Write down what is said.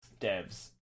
devs